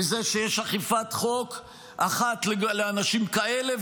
מזה שיש אכיפת חוק אחת לאנשים כאלה,